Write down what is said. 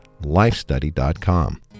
lifestudy.com